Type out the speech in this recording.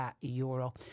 euro